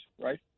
Right